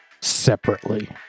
separately